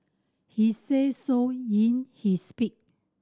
he said so in his speech